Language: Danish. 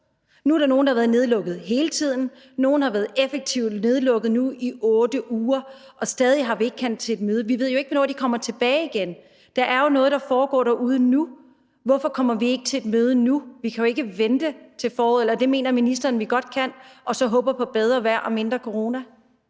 Nu er der nogle, der har været lukket ned hele tiden, nogle har været helt lukket ned i 8 uger, og stadig er vi ikke blevet indkaldt til et møde. Vi ved jo ikke, hvornår de kommer tilbage igen. Der foregår jo noget derude nu. Hvorfor kommer vi ikke til et møde nu? Vi kan jo ikke vente til foråret. Eller det mener ministeren vi godt kan, og så kan vi håbe på bedre vejr og mindre corona.